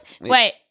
Wait